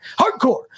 hardcore